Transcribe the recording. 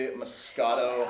moscato